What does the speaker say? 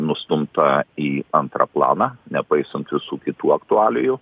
nustumta į antrą planą nepaisant visų kitų aktualijų